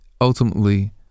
ultimately